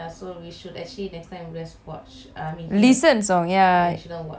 listen song ya there's so many deejays rocking the music